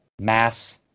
mass